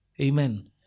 Amen